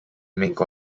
make